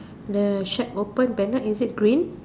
the shirt open banner is it green